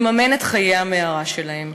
נממן את חיי המערה שלהם,